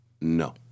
No